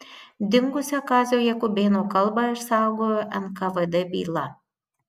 dingusią kazio jakubėno kalbą išsaugojo nkvd byla